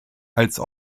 als